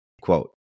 Quote